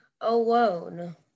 alone